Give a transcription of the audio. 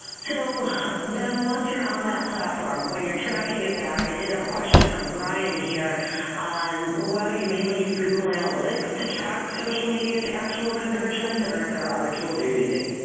so then once you're on that platform, when you're tracking it back, i did have a question from brian here on whether you mainly use google analytics to track social media to actual conversions or if there are other tools you're using?